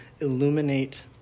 illuminate